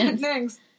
Thanks